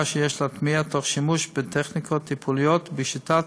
שיש להטמיע תוך שימוש בטכניקות טיפוליות ובשיטות